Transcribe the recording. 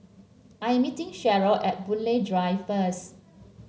I'm meeting Cheryl at Boon Lay Drive first